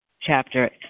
chapter